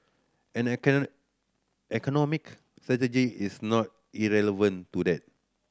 and economic strategy is not irrelevant to that